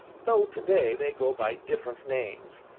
though to-day they go by different names,